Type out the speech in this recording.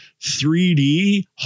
3d